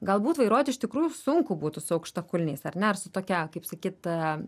galbūt vairuot iš tikrųjų sunku būtų su aukštakulniais ar ne ar su tokia kaip sakyt